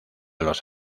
los